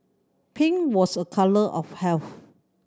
pink was a colour of health